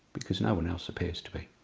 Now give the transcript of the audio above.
because no one else appears to be.